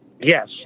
Yes